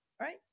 right